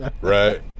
Right